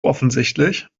offensichtlich